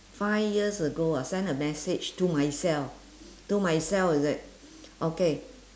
five years ago ah send a message to myself to myself is it okay